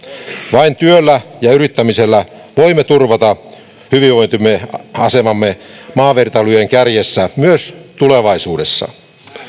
vain työllä ja yrittämisellä voimme turvata hyvinvointimme asemamme maavertailujen kärjessä myös tulevaisuudessa